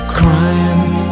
crying